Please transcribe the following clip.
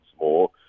more